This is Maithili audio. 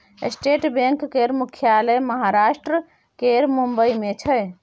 स्टेट बैंक केर मुख्यालय महाराष्ट्र केर मुंबई मे छै